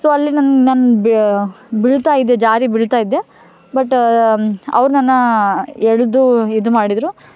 so ಅಲ್ಲಿ ನಮ್ಮ ನನ್ನ ಬೀಳ್ತಾ ಇದೆ ಜಾರಿ ಬೀಳ್ತಾ ಇದ್ದೆ ಬಟ್ಟ ಅವ್ರು ನನ್ನ ಎಳೆದು ಇದು ಮಾಡಿದ್ದರು